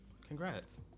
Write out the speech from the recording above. Congrats